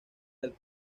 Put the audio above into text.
del